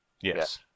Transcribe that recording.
Yes